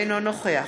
אינו נוכח